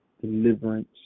deliverance